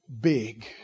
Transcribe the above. big